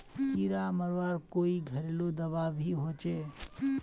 कीड़ा मरवार कोई घरेलू दाबा भी होचए?